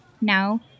Now